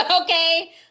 okay